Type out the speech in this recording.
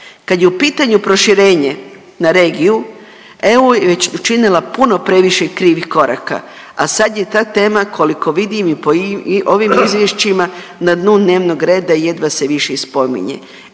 Kad je u pitanju proširenje na regiju, EU je već učinila puno previše i krivih koraka, a sad je ta tema koliko vidim i po ovim izvješćima na dnu dnevnog reda, jedva se više i spominje.